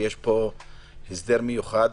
ויש פה הסדר מיוחד.